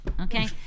okay